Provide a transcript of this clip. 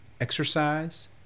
exercise